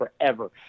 forever